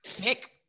Nick